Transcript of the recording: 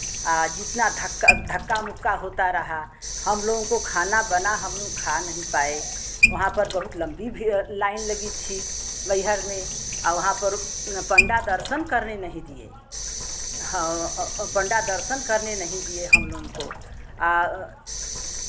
आ जितना धक्का धक्का मुक्का होता रहा हम लोगों को खाना बना हम खा नहीं पाए वहाँ पर बहुत लंबी भीड़ लाइन लगी थी मइहर में वहाँ पर न पंडा दर्शन करने नहीं दिए और पंडा दर्शन करने नहीं दिए हम लोग को